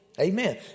Amen